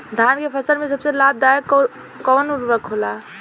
धान के फसल में सबसे लाभ दायक कवन उर्वरक होला?